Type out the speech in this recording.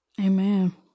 Amen